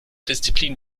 disziplin